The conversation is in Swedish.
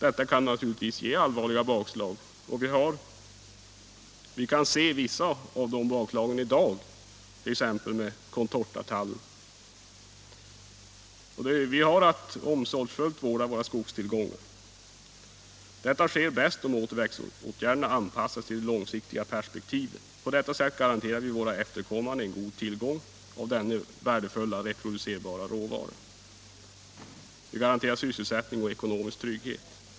Det kan ge allvarliga bakslag, och en del sådana kan vi se redan i dag. Det gäller att omsorgsfullt vårda de skogstillgångar vi har. Det sker bäst om återväxtåtgärderna anpassas till de långsiktiga perspektiven. På det sättet garanterar vi våra efterkommande en god tillgång till denna värdefulla reproducerbara råvara, vi garanterar sysselsättning och ekonomisk trygghet.